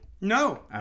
No